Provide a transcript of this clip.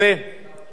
אדוני היושב-ראש,